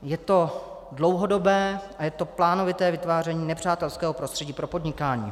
Je to dlouhodobé a je to plánovité vytváření nepřátelského prostředí pro podnikání.